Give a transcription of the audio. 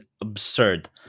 absurd